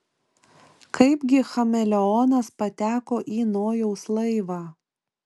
kaipgi chameleonas pateko į nojaus laivą